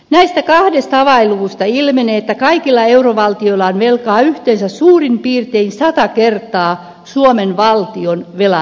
näistä kahdesta avainluvusta ilmenee että kaikilla eurovaltioilla on velkaa yhteensä suurin piirtein sata kertaa suomen valtion velan verran